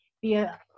via